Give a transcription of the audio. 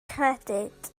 credyd